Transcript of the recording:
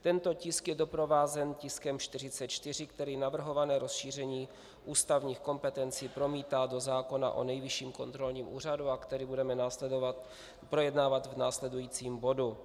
Tento tisk je doprovázen tiskem 44, který navrhované rozšíření ústavních kompetencí promítá do zákona o Nejvyšším kontrolním úřadu a který budeme projednávat v následujícím bodu.